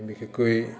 বিশেষকৈ